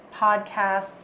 podcasts